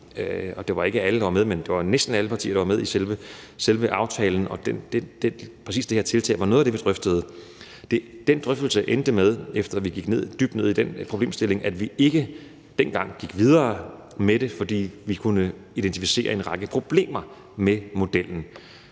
Det var ikke alle, der var med, men det var næsten alle partier, som var med i selve aftalen, og præcis det her tiltag var noget af det, vi drøftede. Den drøftelse endte med, efter at vi gik dybt ned i den problemstilling, at vi ikke dengang gik videre med det, fordi vi kunne identificere en række problemer med modellen.